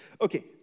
Okay